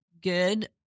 good